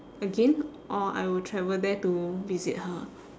again or I will travel there to visit her